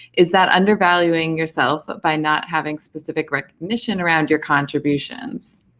is that undervaluing yourself by not having specific recognition around your contributions?